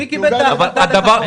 מי קיבל את ההחלטה לחכות?